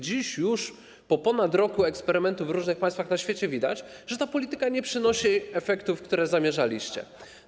Dziś już po ponad roku eksperymentów w różnych państwach na świecie widać, że ta polityka nie przynosi efektów, które zamierzaliście osiągnąć.